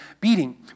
beating